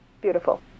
beautiful